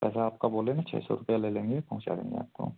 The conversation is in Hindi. पैसा आपका बोले ना छः सौ रुपये ले लेंगे पहुँचा देंगे आपको